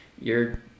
You're